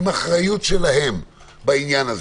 עם אחריות שלהם בעניין הזה.